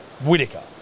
Whitaker